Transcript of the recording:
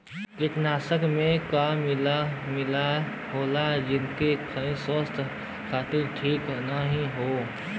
कीटनाशक में केमिकल मिलल होला जौन की स्वास्थ्य खातिर ठीक नाहीं हउवे